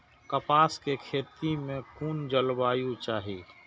कपास के खेती में कुन जलवायु चाही?